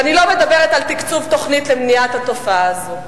ואני לא מדברת על תקצוב תוכנית למניעת התופעה הזו.